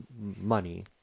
money